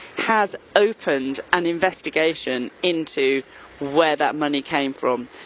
has opened an investigation into where that money came from.